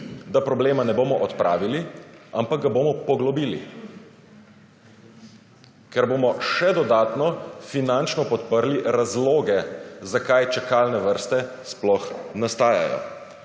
da problema ne bomo odpravili, ampak ga bomo poglobili. Ker bomo še dodatno finančno podprli razloge, zakaj čakalne vrste sploh nastajajo.